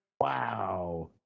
Wow